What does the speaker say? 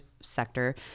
sector